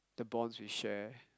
bonds we share